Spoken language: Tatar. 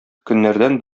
көннәрдән